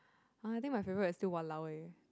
uh I think my favorite is still !walao! eh